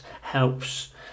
helps